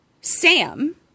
Sam